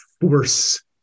force